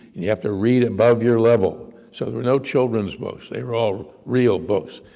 and you have to read above your level so there were no children's books, they were all real books,